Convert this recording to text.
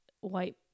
white